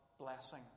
blessing